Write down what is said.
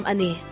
Ani